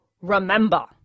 Remember